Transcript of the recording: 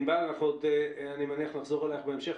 ענבל, אני מניח שנחזור אליך בהמשך.